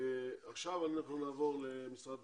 עכשיו אנחנו נעבור למשרד